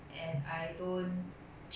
quite controversial I feel